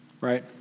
right